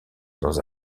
dans